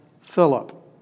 Philip